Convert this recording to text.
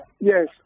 Yes